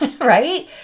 Right